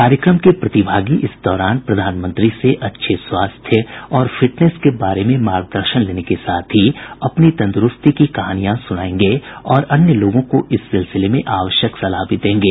कार्यक्रम के प्रतिभागी इस दौरान प्रधानमंत्री से अच्छे स्वास्थ्य और फिटनेस के बारे में मार्गदर्शन लेने के साथ ही अपनी तंद्रुस्ती की कहानियां सुनाएंगे और अन्य लोगों को इस सिलसिले में आवश्यक सलाह भी देंगे